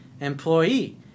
employee